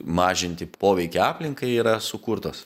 mažinti poveikį aplinkai yra sukurtos